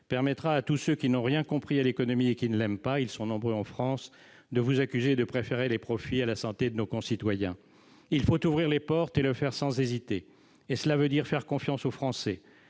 permettra à tous ceux qui n'ont rien compris à l'économie et qui ne l'aiment pas- ils sont nombreux en France -de vous accuser de préférer les profits à la santé de nos concitoyens. Il faut ouvrir les portes et le faire sans hésiter. Et cela veut dire faire confiance aux Français.